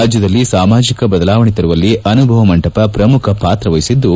ರಾಜ್ಯದಲ್ಲಿ ಸಾಮಾಜಿಕ ಬದಲಾವಣೆ ತರುವಲ್ಲಿ ಅನುಭವ ಮಂಟಪ ಪ್ರಮುಖ ಪಾತ್ರ ವಹಿಸಿದ್ದು